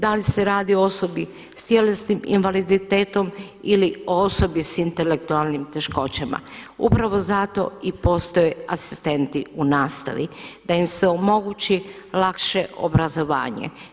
Da li se radi o osobi s tjelesnim invaliditetom ili osobi s intelektualnim teškoćama, upravo zato postoje i asistenti u nastavi, da im se omogući lakše obrazovanje.